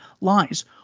lies